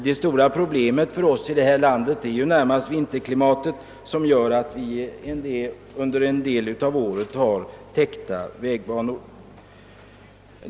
Det stora problemet för oss i vårt land är närmast vinterklimatet, som medför att vägbanorna under en del av året är övertäckta. Herr talman!